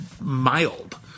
mild